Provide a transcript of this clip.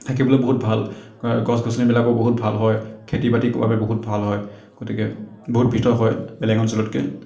থাকিবলৈ বহুত ভাল গছ গছনিবিলাকো বহুত ভাল হয় খেতি বাতিৰ বাবে বহুত ভাল হয় গতিকে বহুত ভিতৰ হয় বেলেগ অঞ্চলতকৈ